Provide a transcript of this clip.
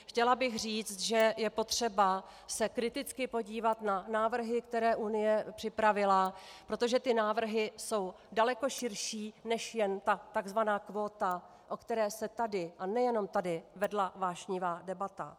Chtěla bych říct, že je potřeba se kriticky podívat na návrhy, které Unie připravila, protože ty návrhy jsou daleko širší než jen tzv. kvóta, o které se tady, a nejenom tady, vedla vášnivá debata.